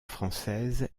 française